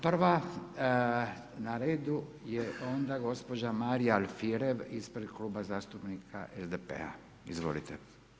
Prva na redu je onda gospođa Marija Alfirev ispred Kluba zastupnika SDP-a, izvolite.